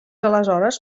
aleshores